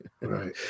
right